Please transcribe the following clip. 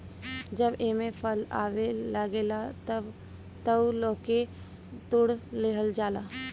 जब एमे फल आवे लागेला तअ ओके तुड़ लिहल जाला